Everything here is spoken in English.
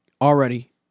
already